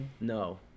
no